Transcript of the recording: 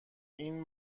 این